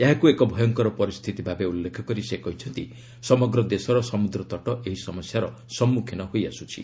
ଏହାକୁ ଏକ ଭୟଙ୍କର ପରିସ୍ଥିତି ଭାବେ ଉଲ୍ଲେଖ କରି ସେ କହିଛନ୍ତି ସମଗ୍ର ଦେଶର ସମୁଦ୍ର ତଟ ଏହି ସମସ୍ୟାର ସମ୍ମୁଖୀନ ହୋଇଆସୁଛି